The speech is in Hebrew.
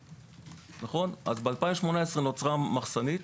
ב-2018 נוצרה מחסנית.